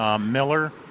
Miller